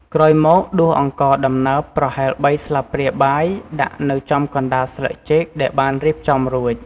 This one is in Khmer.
ក្រោយមកដួសអង្ករដំណើបប្រហែលបីស្លាបព្រាបាយដាក់នៅចំកណ្តាលស្លឹកចេកដែលបានរៀបចំរួច។